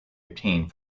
obtained